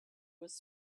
was